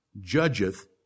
judgeth